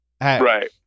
Right